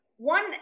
One